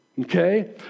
Okay